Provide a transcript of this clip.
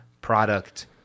product